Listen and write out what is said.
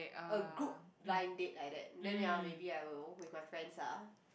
a group blind date like that then ya maybe I will with my friends ah